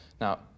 Now